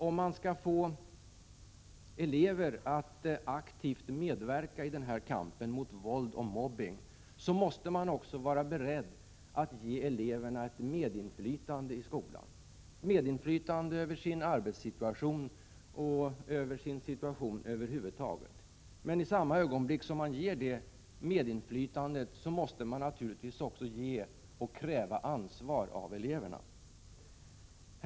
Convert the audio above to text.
Om vi skall få eleverna att aktivt medverka i den här kampen mot våld och mobbning, måste vi också vara beredda att ge eleverna medinflytande i skolan, ett medinflytande över arbetssituationen och situationen över huvud taget. Men i samma ögonblick som man ger det medinflytandet måste man naturligtvis också kräva ansvar av eleverna.